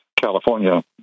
California